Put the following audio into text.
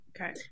Okay